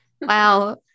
Wow